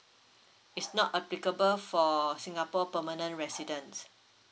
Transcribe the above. it's not applicable for singapore permanent resident